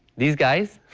these guys.